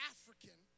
African